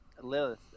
Lilith